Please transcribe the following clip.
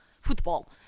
Football